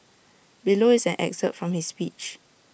below is an excerpt from his speech